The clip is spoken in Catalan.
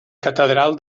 catedral